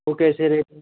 वह कैसे रेट है